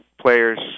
players